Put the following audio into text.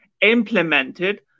implemented